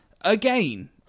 Again